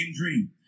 dream